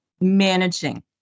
managing